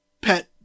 pet